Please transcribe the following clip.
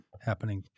happening